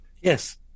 Yes